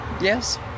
Yes